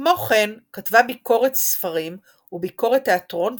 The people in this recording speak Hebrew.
כמו כן כתבה ביקורת ספרים וביקורת תיאטרון,